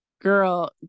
girl